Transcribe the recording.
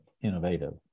innovative